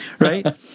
right